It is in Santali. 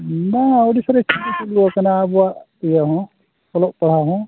ᱵᱟᱝᱼᱟ ᱳᱰᱤᱥᱟ ᱨᱮ ᱪᱟᱹᱞᱩ ᱟᱠᱟᱱᱟ ᱟᱵᱚᱣᱟᱜ ᱤᱭᱟᱹ ᱦᱚᱸ ᱚᱞᱚᱜ ᱯᱟᱲᱦᱟᱣ ᱦᱚᱸ